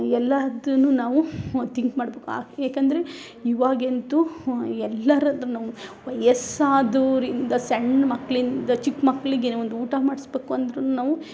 ಎಲ್ಲದನ್ನು ನಾವು ವ ತಿಂಕ್ ಮಾಡಬೇಕು ಆ ಏಕಂದರೆ ಇವಾಗಂತು ಎಲ್ಲರಹತ್ರ ವಯಸ್ಸಾದೋರಿಂದ ಸಣ್ಣಮಕ್ಳಲಿಂದ ಚಿಕ್ಕಮಕ್ಳಿಗೆ ಒಂದು ಊಟ ಮಾಡಿಸ್ಬೋಕು ಅಂದ್ರು ನಾವು